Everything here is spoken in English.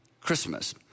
Christmas